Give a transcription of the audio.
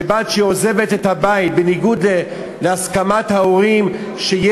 כשבת עוזבת את הבית בניגוד להסכמת ההורים תהיה